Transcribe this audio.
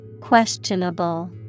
Questionable